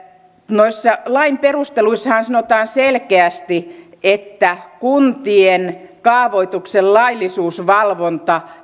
noissa lain perusteluissahan sanotaan selkeästi että kuntien kaavoituksen laillisuusvalvonta